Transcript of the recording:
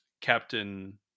Captain